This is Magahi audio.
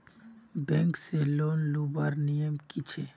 बैंक से लोन लुबार नियम की छे?